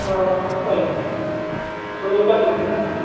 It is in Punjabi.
ਹਾਂ ਉਹ ਭਾਈ ਜੀ ਥੋੜ੍ਹਾ ਲੰਬਾ ਚੱਲ ਜਾਂਦਾ